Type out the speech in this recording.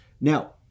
Now